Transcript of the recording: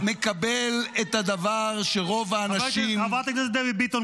אתה מקבל את הדבר שרוב האנשים ------ חברת הכנסת דבי ביטון,